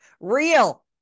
real